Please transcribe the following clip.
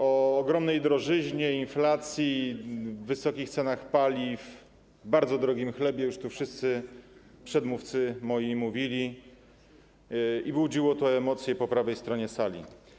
O ogromnej drożyźnie, inflacji i wysokich cenach paliw, bardzo drogim chlebie już tu wszyscy przedmówcy moi mówili i budziło to emocje po prawej stronie sali.